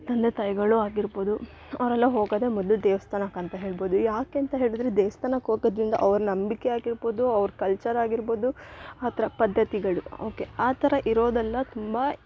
ತಂದೆ ತಾಯಿಗಳು ಆಗಿರ್ಬೋದು ಅವರೆಲ್ಲ ಹೋಗೋದೆ ಮೊದಲು ದೇವಸ್ಥಾನಕ್ ಅಂತ ಹೇಳ್ಬೋದು ಯಾಕೆ ಅಂತ ಹೇಳಿದರೆ ದೇವಸ್ಥಾನಕ್ ಹೋಗೋದರಿಂದ ಅವ್ರ ನಂಬಿಕೆ ಆಗಿರ್ಬೋದು ಅವ್ರ ಕಲ್ಚರ್ ಆಗಿರ್ಬೋದು ಆ ಥರ ಪದ್ದತಿಗಳು ಓಕೆ ಆ ಥರ ಇರೋದಲ್ಲ ತುಂಬ